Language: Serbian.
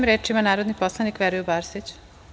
Reč ima narodni poslanik Veroljub Arsić.